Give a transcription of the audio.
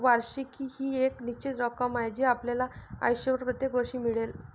वार्षिकी ही एक निश्चित रक्कम आहे जी आपल्याला आयुष्यभर प्रत्येक वर्षी मिळेल